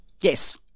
yes